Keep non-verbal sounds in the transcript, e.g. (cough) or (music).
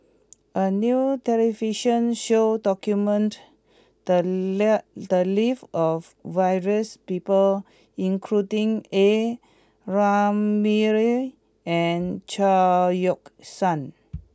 a new television show documented the (unintelligible) the lives of various people including A Ramli and Chao Yoke San